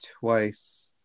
twice